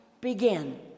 begin